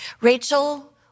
Rachel